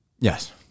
Yes